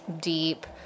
deep